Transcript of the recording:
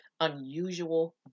unusual